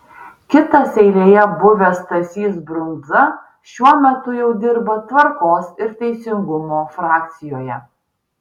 kitas eilėje buvęs stasys brundza šiuo metu jau dirba tvarkos ir teisingumo frakcijoje